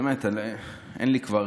באמת, אין לי כבר.